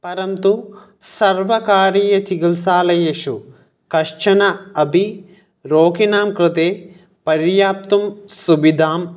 परन्तु सर्वकारीयचिकित्सालयेषु कश्चन अविरोगिनां कृते परियाप्तुं सुविदां